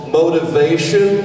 motivation